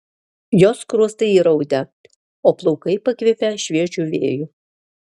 jos skruostai įraudę o plaukai pakvipę šviežiu vėju